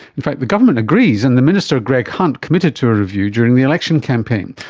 in fact the government agrees and the minister greg hunt committed to a review during the election campaign,